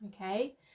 okay